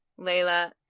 Layla